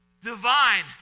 divine